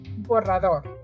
borrador